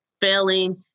failing